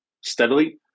steadily